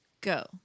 Go